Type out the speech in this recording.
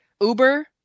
Uber